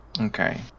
Okay